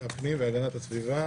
הפנים והגנת הסביבה.